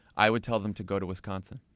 i would tell them to go to wisconsin.